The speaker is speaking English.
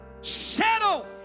settle